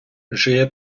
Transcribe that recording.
жиє